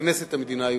ככנסת המדינה היהודית.